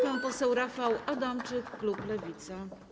Pan poseł Rafał Adamczyk, klub Lewica.